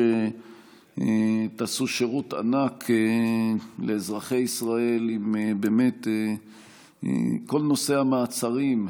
שתעשו שירות ענק לאזרחי ישראל אם באמת כל נושא המעצרים,